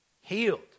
Healed